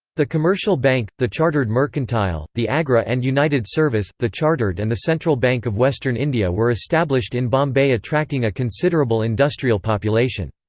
the commercial bank, the chartered mercantile the agra and united service, the chartered and the central bank of western india were established in bombay attracting a considerable industrial population.